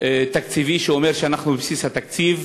תקציבי שאומר שאנחנו בבסיס התקציב.